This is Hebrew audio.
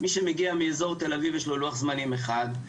מי שמגיע מאזור תל-אביב יש לו לוח זמנים אחד,